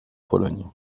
pologne